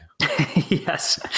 yes